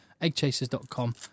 eggchasers.com